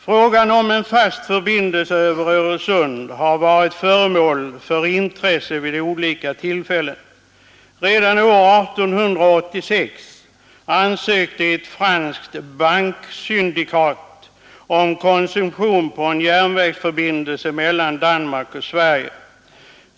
Frågan om en fast förbindelse över Öresund har varit föremål för intresse vid olika tillfällen. Redan år 1886 ansökte ett franskt banksyndikat om koncession på en järnvägsförbindelse mellan Danmark och Sverige.